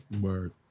Word